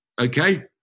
okay